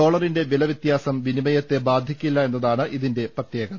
ഡോളറിന്റെ വിലവൃത്യാസം വിനിമയത്തെ ബാധി ക്കില്ല എന്നതാണ് ഇതിന്റെ പ്രത്യേകത